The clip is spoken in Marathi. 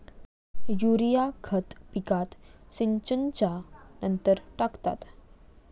युरिया खत पिकात सिंचनच्या नंतर टाकतात